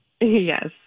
Yes